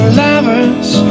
lovers